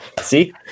see